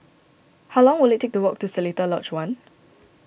how long will it take to walk to Seletar Lodge one